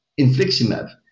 infliximab